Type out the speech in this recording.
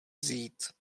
vzít